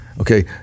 Okay